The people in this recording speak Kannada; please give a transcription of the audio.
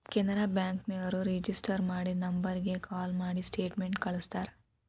ಕೆನರಾ ಬ್ಯಾಂಕ ನೋರು ರಿಜಿಸ್ಟರ್ ಮಾಡಿದ ನಂಬರ್ಗ ಕಾಲ ಮಾಡಿದ್ರ ಸ್ಟೇಟ್ಮೆಂಟ್ ಕಳ್ಸ್ತಾರ